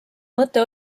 mõte